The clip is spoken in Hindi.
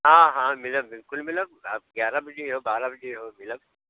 हाँ हाँ मिलब बिल्कुल मिलब आप ग्यारह बजे आओ बारह बजे आओ मिलब